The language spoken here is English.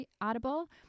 Audible